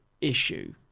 issue